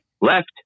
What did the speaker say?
left